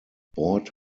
board